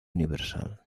universal